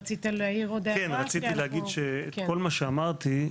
כל מה שאמרתי,